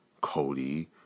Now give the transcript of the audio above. Cody